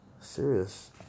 serious